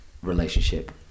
relationship